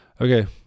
Okay